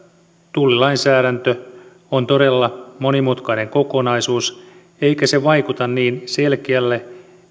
tullilainsäädäntö on todella monimutkainen kokonaisuus eikä se vaikuta niin selkeältä